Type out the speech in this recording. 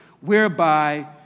whereby